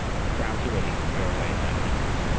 and crowds were ready to throw away their idols.